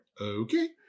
Okay